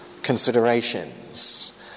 considerations